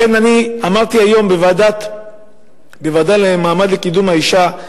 לכן אני אמרתי היום בוועדה לקידום מעמד האשה: